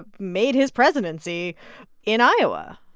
ah made his presidency in iowa.